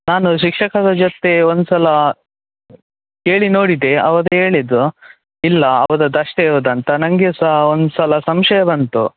ನಾನು ಶಿಕ್ಷಕರ ಜೊತೆ ಒಂದ್ಸಲ ಕೇಳಿ ನೋಡಿದೆ ಅವರು ಹೇಳಿದ್ರು ಇಲ್ಲ ಅವ್ನದ್ದು ಅಷ್ಟೇ ಇರೋದಂತಾ ನನಗೆ ಸಹ ಒಂದ್ಸಲ ಸಂಶಯ ಬಂತು